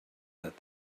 that